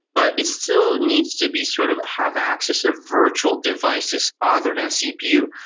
but it still needs to be sort of have access of virtual devices other than cpu,